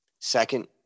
Second